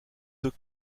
deux